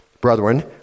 brethren